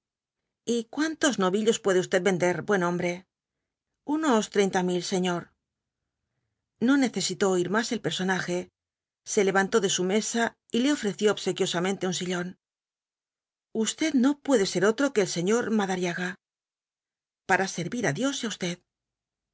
y cuántos novillos puede usted vender buen hombre unos treinta mil señor no necesitó oir más el personaje se levantó de su mesa y le ofreció obsequiosamente un sillón usted no puede ser otro que el señor madariaga para servir á dios y á usted